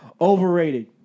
overrated